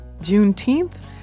Juneteenth